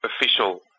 official